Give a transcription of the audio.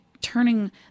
turning